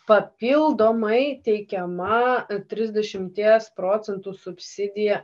papildomai teikiama trisdešimties procentų subsidija